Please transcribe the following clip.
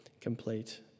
complete